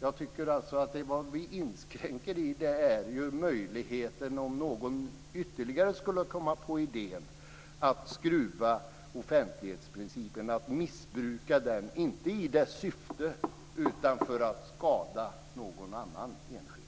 Jag tycker alltså att vad vi inskränker är möjligheten för någon ytterligare som skulle komma på idén att missbruka offentlighetsprincipen, inte i dess syfte utan för att skada någon annan enskild.